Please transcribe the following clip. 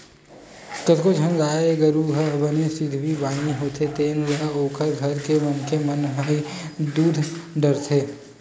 कतको झन के गाय गरु ह बने सिधवी बानी होथे तेन ल ओखर घर के मनखे मन ह ही दूह डरथे